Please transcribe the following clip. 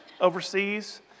overseas